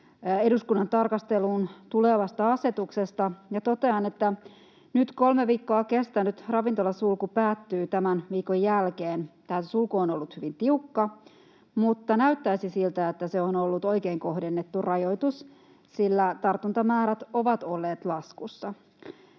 eduskunnan tarkasteluun tulevasta ravintola-asetuksesta. Totean, että nyt kolme viikkoa kestänyt ravintolasulku päättyy tämän viikon jälkeen. Tämä sulku on ollut hyvin tiukka, mutta näyttäisi siltä, että se on ollut oikein kohdennettu rajoitus, sillä tartuntamäärät ovat olleet laskussa.